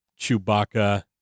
Chewbacca